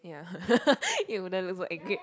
ya it wouldn't look like a